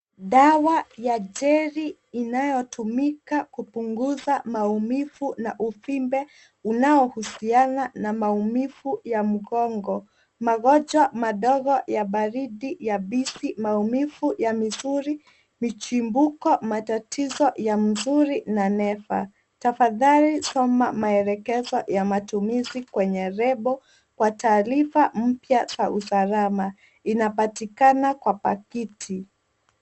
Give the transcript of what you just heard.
Dawa ya jeli inayotumika kupunguza maumivu na uvimbe unaohusiana na maumivu ya mgongo, magonjwa madogo ya baridi yabisi, maumivu ya misuli, michubuko, matatizo ya misuri. Tumia kwa kusoma maelekezo ya matumizi kwenye lebo, na kwa taarifa mpya za usalama. Inapatikana kwenye pakiti.